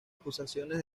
acusaciones